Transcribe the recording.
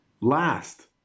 Last